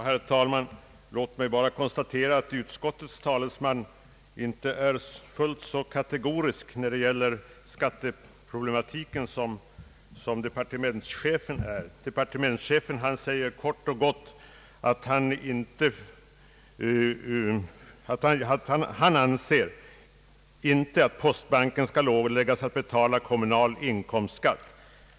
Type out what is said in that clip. Herr talman! Jag vill bara konstatera att utskottets talesman inte är fullt så kategorisk beträffande skatteproblematiken som departementschefen, som kort och gott anser att postbanken inte skall åläggas att betala kommunal inkomstskatt.